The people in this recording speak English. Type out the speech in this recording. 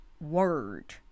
word